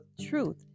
truth